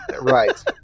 Right